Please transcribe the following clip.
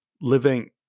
living